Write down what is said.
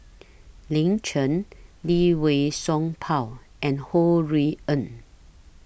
Lin Chen Lee Wei Song Paul and Ho Rui An